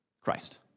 Christ